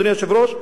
אדוני היושב-ראש,